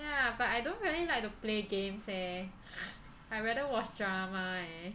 ya but I don't really like to play games leh I rather watch drama eh